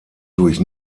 durch